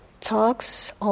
talks